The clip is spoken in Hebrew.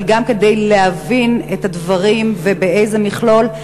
אבל גם כדי להבין את הדברים ובאיזה מכלול,